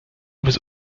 was